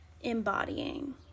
embodying